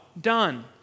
Done